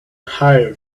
higher